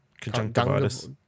conjunctivitis